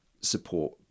support